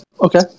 Okay